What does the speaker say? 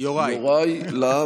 פשוט יוראי.